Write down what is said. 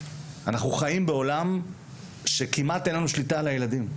אנחנו חיים בעולם שבו כמעט ואין לנו שליטה על הילדים.